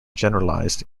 generalized